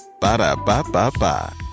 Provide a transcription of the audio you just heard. Ba-da-ba-ba-ba